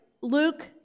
Luke